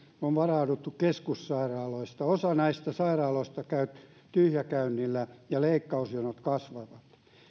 on varauduttu keskussairaaloissa osa näistä sairaaloista käy tyhjäkäynnillä ja leikkausjonot kasvavat